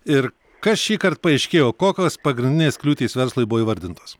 ir kas šįkart paaiškėjo kokios pagrindinės kliūtys verslui buvo įvardintos